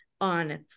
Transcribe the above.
on